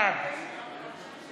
בעד